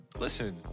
Listen